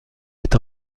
est